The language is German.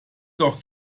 doch